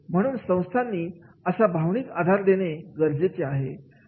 आणि म्हणून संस्थांनी असा भावनिक आधार देणे गरजेचे आहे